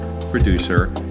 producer